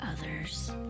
others